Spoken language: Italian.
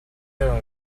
erano